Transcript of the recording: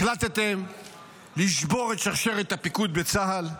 החלטתם לשבור את שרשרת הפיקוד בצה"ל,